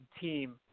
team